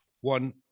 One